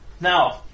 Now